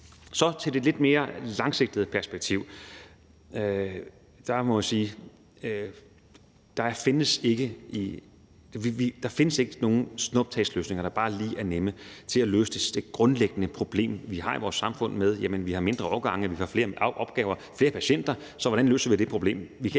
gå til det lidt mere langsigtede perspektiv. Der findes ikke nogen snuptagsløsninger, altså hvor det bare lige er nemt, til at løse det grundlæggende problem, vi har i vores samfund, med, at vi har mindre årgange, flere opgaver, flere patienter – så hvordan løser vi det problem?